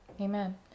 Amen